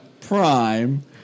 Prime